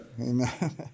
Amen